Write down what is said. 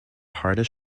hardest